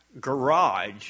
garage